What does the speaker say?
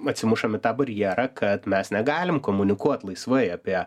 atsimušam į tą barjerą kad mes negalim komunikuot laisvai apie